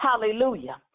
Hallelujah